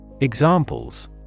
Examples